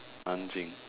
nanjing